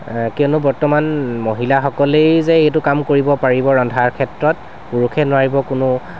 কিয়নো বৰ্তমান মহিলাসকলেই যে এইটো কাম কৰিব পাৰিব ৰন্ধাৰ ক্ষেত্ৰত পুৰুষে নোৱাৰিব কোনো